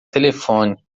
telefone